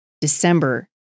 December